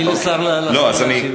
תני לשר להשיב.